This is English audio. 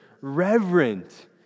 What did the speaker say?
reverent